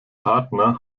partner